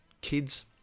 kids